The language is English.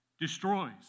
destroys